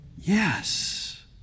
Yes